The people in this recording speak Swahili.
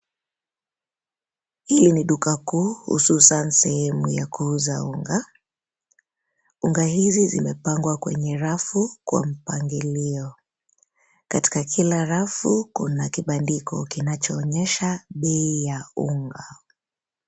Hili ni duka kuu, hususan sehemu ya kuuza unga. Unga hizi zimepangwa kwenye rafu, kwa mpangilio. Katika kila rafu, kuna kibandiko kinachoonyesha bei ya unga.